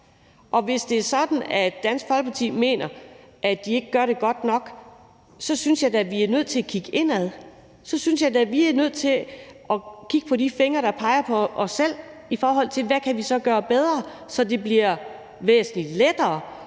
og hvis det er sådan, at Dansk Folkeparti mener, at kommunerne ikke gør det godt nok, synes jeg da vi er nødt til at kigge indad. Så synes jeg da, vi er nødt til at kigge på de fingre, der peger tilbage på os selv, og sige: Hvad kan vi så gøre bedre, så det bliver væsentlig lettere